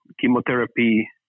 chemotherapy